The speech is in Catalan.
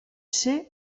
ser